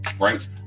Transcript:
right